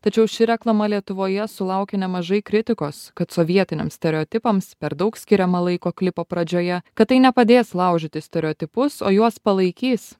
tačiau ši reklama lietuvoje sulaukė nemažai kritikos kad sovietiniams stereotipams per daug skiriama laiko klipo pradžioje kad tai nepadės laužyti stereotipus o juos palaikys